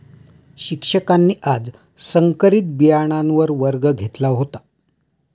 शिक्षकांनी आज संकरित बियाणांवर वर्ग घेतला होता